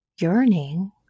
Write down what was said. yearning